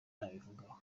nabivugaho